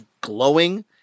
glowing